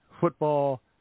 football